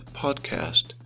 podcast